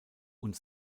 und